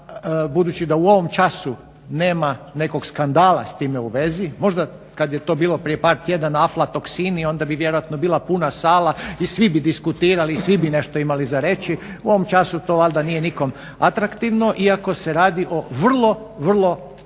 da budući da u ovom času nema nekog skandala s time u vezi možda kada je bilo prije par tjedana aflatoksini onda bi vjerojatno bila puna sala i svi bi diskutirali i svi bi nešto imali za nešto reći. U ovom času to valjda nije nikom atraktivno iako se radi o vrlo, vrlo važnim